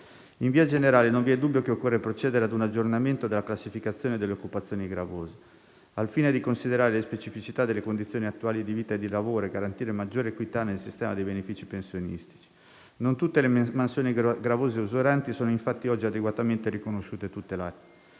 In via generale non vi è dubbio che occorre procedere a un aggiornamento della classificazione delle occupazioni gravose, al fine di considerare le specificità delle condizioni attuali di vita e di lavoro e garantire maggiore equità nel sistema dei benefici pensionistici. Non tutte le mansioni gravose e usuranti sono infatti oggi adeguatamente riconosciute e tutelate.